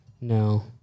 No